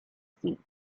seats